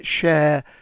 share